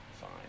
fine